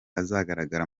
azagaragara